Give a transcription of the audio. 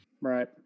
right